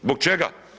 Zbog čega?